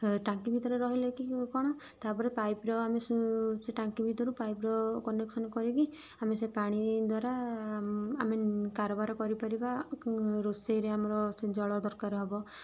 ଟାଙ୍କି ଭିତରେ ରହିଲେ କି କ'ଣ ତାପରେ ପାଇପର ଆମେ ସେ ସେ ଟାଙ୍କି ଭିତରୁ ପାଇପର କନେକ୍ସନ କରିକି ଆମେ ସେ ପାଣି ଦ୍ୱାରା ଆମେ କାରବାର କରିପାରିବା ରୋଷେଇରେ ଆମର ସେ ଜଳ ଦରକାର ହବ